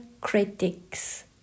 critics